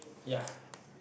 ya